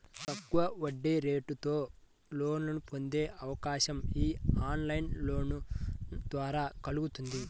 తక్కువ వడ్డీరేటుతో లోన్లను పొందే అవకాశం యీ ఆన్లైన్ లోన్ల ద్వారా కల్గుతుంది